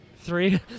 three